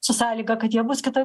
su sąlyga kad jie bus kitoj